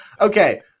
okay